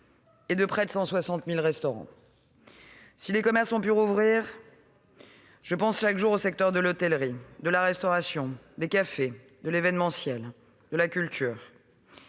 et de près de 160 000 restaurants. Si les commerces ont pu rouvrir, je pense chaque jour aux secteurs de l'hôtellerie, de la restauration, des cafés, de l'événementiel et de la culture,